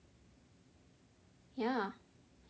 ya